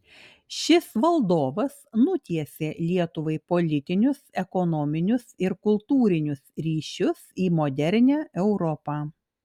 šis valdovas nutiesė lietuvai politinius ekonominius ir kultūrinius ryšius į modernią europą